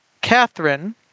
catherine